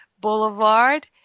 Boulevard